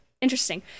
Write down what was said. Interesting